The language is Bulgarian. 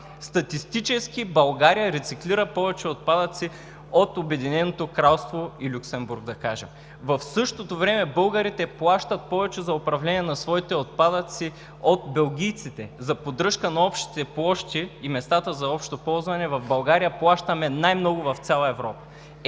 Статистически България рециклира повече отпадъци от Обединеното кралство и Люксембург, да кажем. В същото време българите плащат повече за управление на своите отпадъци от белгийците – за поддръжка на общите площи и местата за общо ползване в България плащаме най-много в цяла Европа.